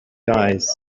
guys